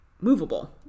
movable